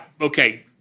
okay